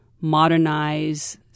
modernize